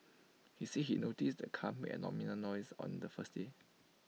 he said he noticed the car made abnormal noises on the first day